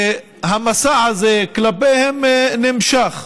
והמסע הזה כלפיהם נמשך.